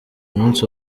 munsi